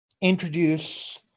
introduce